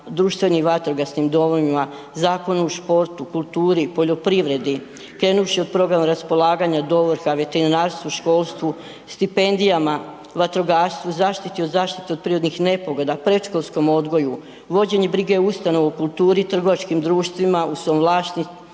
društvenim i vatrogasnim domovima, Zakonu o sportu, kulturi, poljoprivredi krenuvši od programa raspolaganja do ovrha, veterinarstvu, školstvu, stipendijama, vatrogastvu, zaštiti od zaštite od prirodnih nepogoda, predškolskom odgoju, vođenje brige o ustanovama u kulturi, trgovačkim društvima u svom vlasništvu,